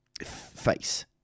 face